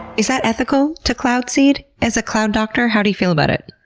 is that ethical, to cloud seed, as a cloud doctor? how do you feel about it?